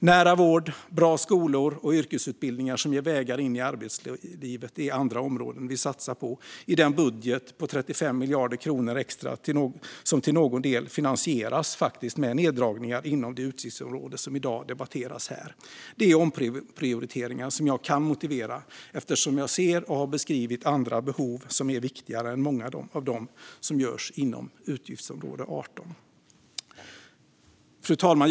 Nära vård, bra skolor och yrkesutbildningar som ger vägar in i arbetslivet är andra områden vi satsar på i den budget på 35 miljarder kronor extra som till någon del finansieras med neddragningar inom det utgiftsområde som i dag debatteras här. Det är omprioriteringar som jag kan motivera eftersom jag ser, och har beskrivit, andra behov som är viktigare än många av dem som görs inom utgiftsområde 18. Fru talman!